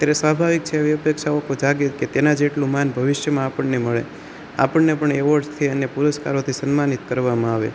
ત્યારે સ્વાભાવિક છે હવે એવી અપેક્ષાઓ જાગે કે તેના જેટલું માન ભવિષ્યમાં આપણને મળે આપણને પણ એવોર્ડ્સથી અને પુરસ્કારોથી સન્માનિત કરવામાં આવે